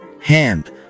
hand